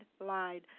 lied